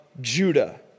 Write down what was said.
Judah